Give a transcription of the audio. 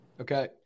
Okay